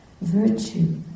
virtue